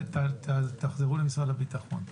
תחזרו למשרד הביטחון,